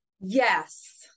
Yes